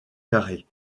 carré